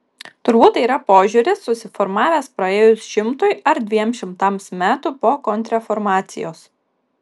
turbūt tai yra požiūris susiformavęs praėjus šimtui ar dviem šimtams metų po kontrreformacijos